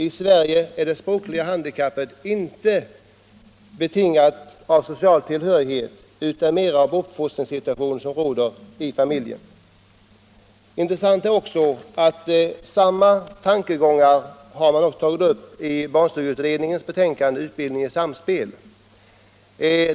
I Sverige är det språkliga handikappet inte så mycket knutet till socialtillhörighet som till uppfostringssituationen, till sättet hur familjen fungerar.” Intressant är också att samma tankegångar har tagits upp i barnstugeutredningens betänkande Utbildning i samspel.